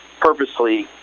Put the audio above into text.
purposely